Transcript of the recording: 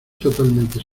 totalmente